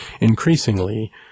increasingly